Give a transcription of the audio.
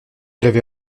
l’avez